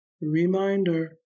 reminder